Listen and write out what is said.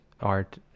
art